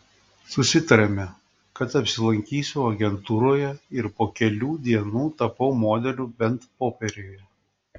susitarėme kad apsilankysiu agentūroje ir po kelių dienų tapau modeliu bent popieriuje